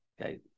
Okay